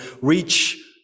reach